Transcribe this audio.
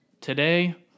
today